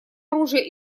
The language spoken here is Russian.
оружия